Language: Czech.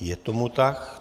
Je tomu tak.